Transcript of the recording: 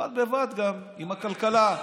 ובד בבד גם על הכלכלה.